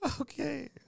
okay